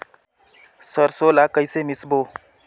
सरसो ला कइसे मिसबो?